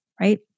right